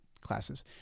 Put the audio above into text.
classes